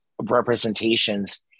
representations